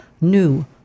new